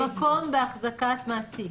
כתוב: "מקום בהחזקת מעסיק".